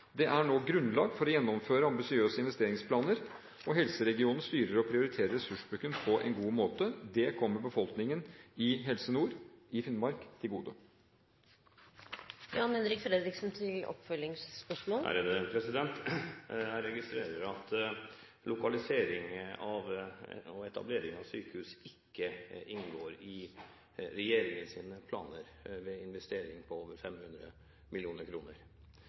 å gjennomføre ambisiøse investeringsplaner, og helseregionen styrer og prioriterer ressursbruken på en god måte. Det kommer befolkningen i Helse Nord i Finnmark til gode. Jeg registrerer at lokalisering og etablering av sykehus ikke inngår i regjeringens planer ved investeringer på over 500